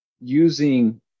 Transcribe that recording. using